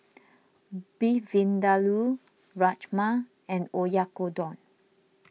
Beef Vindaloo Rajma and Oyakodon